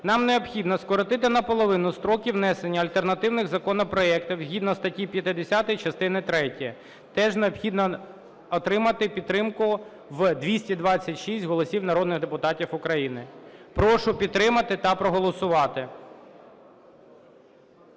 нам необхідно скоротити наполовину строки внесення альтернативних законопроектів згідно статті 50 частини третьої. Теж необхідно отримати підтримку в 226 голосів народних депутатів України. Прошу підтримати та проголосувати.